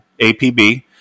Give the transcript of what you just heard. APB